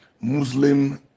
Muslim